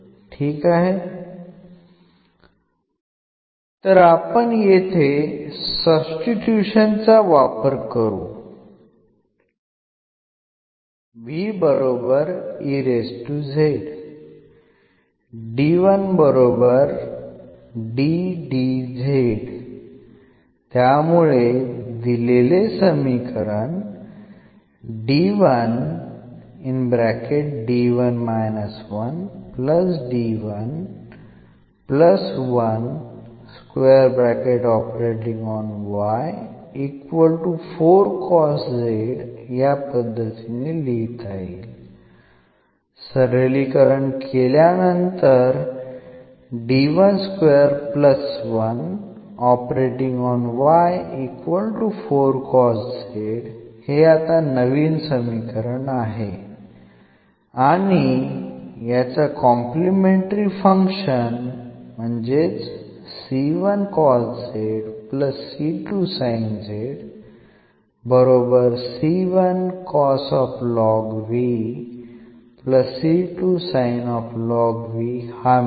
तर आपण येथे सब्स्टिट्यूशन चा वापर करू तर हे आता नवीन समीकरण आहे आणि याचा कॉम्प्लिमेंटरी फंक्शन हा मिळेल